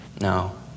No